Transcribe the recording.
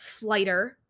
flighter